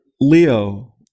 Leo